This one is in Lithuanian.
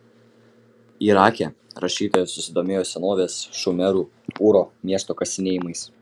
irake rašytoja susidomėjo senovės šumerų ūro miesto kasinėjimais